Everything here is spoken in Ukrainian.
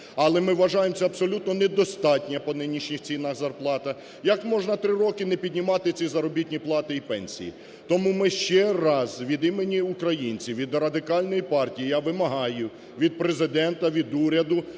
але, ми вважаємо, це абсолютно недостатня по нинішніх цінах зарплата, як можна три роки не піднімати ці заробітні плати і пенсії? Тому ми ще раз від імені українців, від Радикальної партії я вимагаю від Президента, від уряду